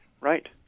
Right